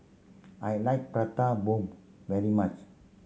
I like Prata Bomb very much